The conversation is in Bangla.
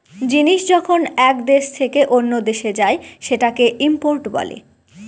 জিনিস যখন এক দেশ থেকে অন্য দেশে যায় সেটাকে ইম্পোর্ট বলে